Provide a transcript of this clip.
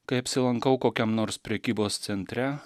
kai apsilankau kokiam nors prekybos centre